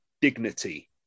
dignity